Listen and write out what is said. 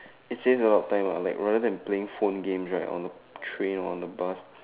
it saves a lot of time lah like rather than playing phone games right on the train on the bus